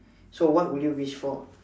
so what will you wish for